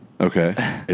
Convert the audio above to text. Okay